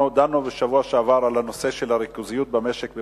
אנחנו דנו בוועדת הכספים בשבוע שעבר על נושא הריכוזיות במשק,